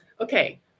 okay